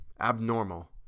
abnormal